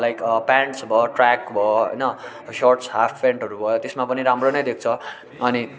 like pants भयो track भयो होइन सर्टस् हाफ्पेन्टहरू भयो त्यसमा पनि राम्रो नै देख्छ अनि